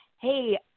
hey